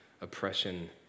oppression